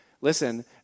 listen